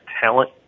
talent